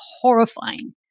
horrifying